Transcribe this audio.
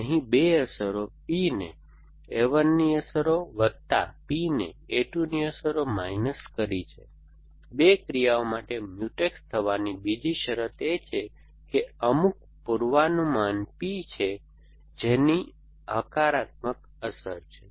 અહીં 2 અસરો P ને a 1 ની અસરો વત્તા P ને a2 ની અસરો માઈનસ કરી છે બે ક્રિયાઓ માટે મ્યુટેક્સ થવાની બીજી શરત એ છે કે અમુક પૂર્વાનુમાન P છે જેની હકારાત્મક અસર છે